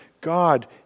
God